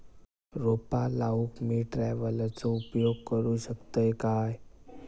रोपा लाऊक मी ट्रावेलचो उपयोग करू शकतय काय?